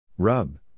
Rub